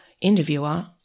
interviewer